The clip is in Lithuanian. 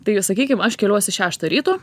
tai sakykim aš keliuosi šeštą ryto